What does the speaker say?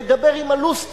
לדבר עם הלוסטרה.